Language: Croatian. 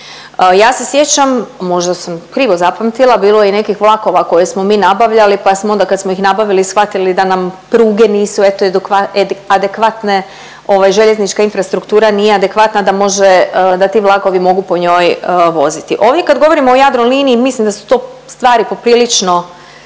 Ja se sjećam, možda sam krivo zapamtila, bilo je i nekih vlakova koje smo mi nabavljali, pa smo onda kad smo ih nabavili shvatili da nam pruge nisu eto adekvatne ovaj željeznička infrastruktura nije adekvatna da može, da ti vlakovi mogu po njoj voziti. Ovdje kad govorimo o Jadroliniji, mislim da su to stvari poprilično